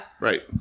right